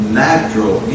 natural